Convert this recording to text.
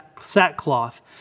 sackcloth